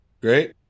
Great